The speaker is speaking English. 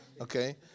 Okay